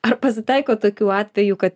ar pasitaiko tokių atvejų kad